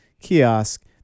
kiosk